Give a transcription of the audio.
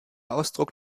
ausdruck